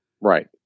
Right